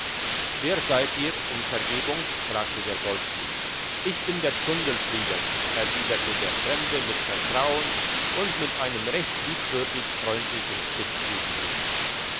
wer seid ihr um vergebung fragte der goldschmied ich bin der zundelfrieder erwiderte der fremde mit vertrauen und mit einem recht liebenswürdig freundlichen